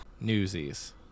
newsies